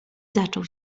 zaczął